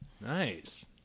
nice